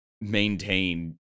maintain